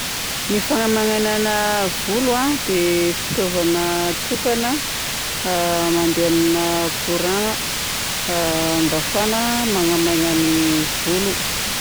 Ny fagnamaignagna volo a dia fitaovana tokana a mandeha amina courant a mba ahafahana magnamaina ny volo.